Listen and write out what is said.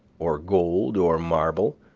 or gold, or marble,